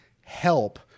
help